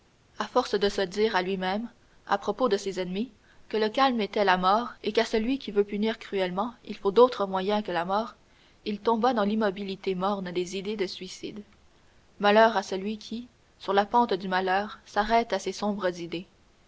à force de se dire à lui-même à propos de ses ennemis que le calme était la mort et qu'à celui qui veut punir cruellement il faut d'autres moyens que la mort il tomba dans l'immobilité morne des idées de suicide malheur à celui qui sur la pente du malheur s'arrête à ces sombres idées